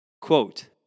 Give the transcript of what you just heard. Quote